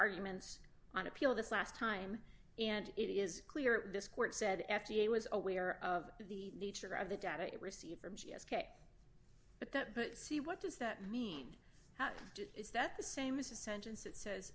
arguments on appeal this last time and it is clear this court said f d a was aware of the nature of the data it received from j f k but that but see what does that mean is that the same as a sentence that says